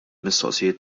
mistoqsijiet